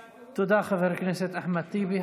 תודה, חבר הכנסת אחמד טיבי.